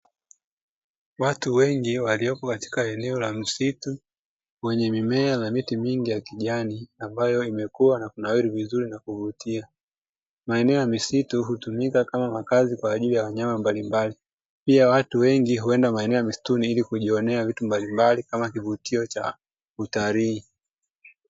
Watu wengi waliopo katika eneo la msitu wenye mimea na miti mingi ya kijani, ambayo imekuwa na kunawiri vizuri na kuvutia. Maeneo ya misitu hutumika kama makazi kwa ajili ya wanyama mbalimbali, pia watu wengi huenda maeneo ya msituni ili kujionea vitu mbalimbali kama kivutio cha utalii.